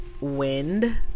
wind